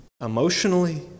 emotionally